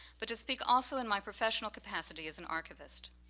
but to speak also in my professional capacity as an archivist.